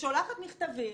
ששולחת מכתבים.